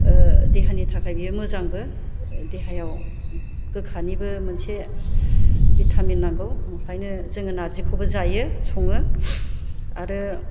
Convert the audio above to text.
देहानि थाखाय बेयो मोजांबो देहायाव गोखानिबो मोनसे भिटामिन नांगौ ओंखायनो जोङो नारजिखौबो जायो सङो आरो